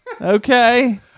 Okay